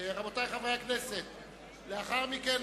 הנושא: